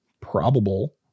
probable